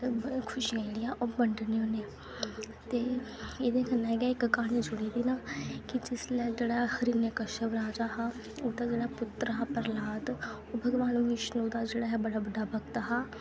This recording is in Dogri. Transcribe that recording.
खुशियां जेह्ड़ियां ओह् बंड़नें होन्ने ते एह्दे कन्नै इक कहानी जुड़ी दी की जिसलै जेह्ड़ा हिरण्कश्यप राजा हा ओह्दा जेह्ड़ा पुत्र हा प्रह्लाद ओह् भगवान बिश्नु दा बड़ा जेह्ड़ा भगत हा